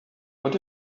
what